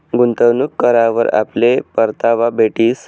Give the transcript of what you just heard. गुंतवणूक करावर आपले परतावा भेटीस